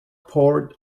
poured